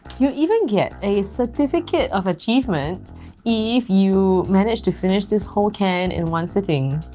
you even get a certificate of achievement if you managed to finish this whole can in one sitting.